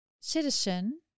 citizen